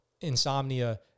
insomnia